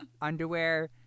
underwear